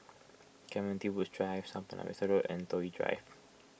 Clementi Woods Park South Buona Vista Road and Toh Yi Drive